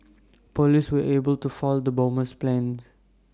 Police were able to foil the bomber's plans